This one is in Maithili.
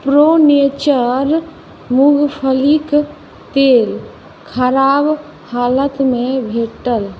प्रो नेचर मूँगफलीक तेल खराब हालतमे भेटल